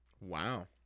Wow